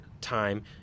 time